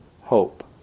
hope